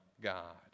God